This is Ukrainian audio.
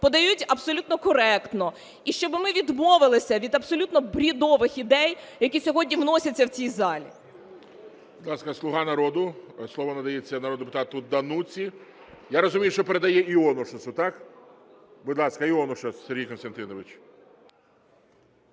подають абсолютно коректно, і щоби ми відмовилися від абсолютно бредових ідей, які сьогодні вносяться в цій залі. ГОЛОВУЮЧИЙ. Будь ласка, "Слуга народу", слово надається народному депутату Дануці. Я розумію, що передає Іонушасу. Так? Будь ласка, Іонушас Сергій Костянтинович.